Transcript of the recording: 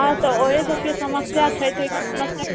हँ तऽ ओहे सबकेँ समस्या छै तऽ ओहिके समस्याके